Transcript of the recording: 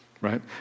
right